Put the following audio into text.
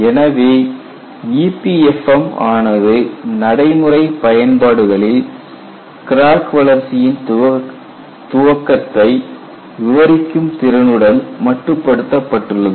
எனவே EPFM ஆனது நடைமுறை பயன்பாடுகளில் கிராக் வளர்ச்சி யின் துவக்கத்தை விவரிக்கும் திறனுடன் மட்டுப்படுத்தப்பட்டுள்ளது